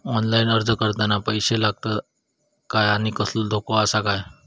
Online अर्ज करताना पैशे लागतत काय आनी कसलो धोको आसा काय?